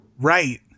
Right